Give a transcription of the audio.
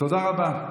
תודה רבה.